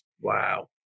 Wow